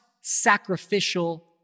sacrificial